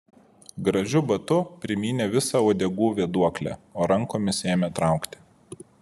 gražiu batu primynė visą uodegų vėduoklę o rankomis ėmė traukti